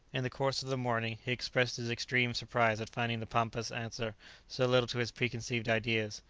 in the course of the morning he expressed his extreme surprise at finding the pampas answer so little to his preconceived ideas.